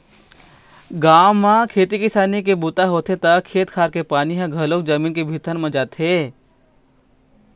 गाँव म खेती किसानी के बूता होथे त खेत खार के पानी ह घलोक जमीन के भीतरी म जाथे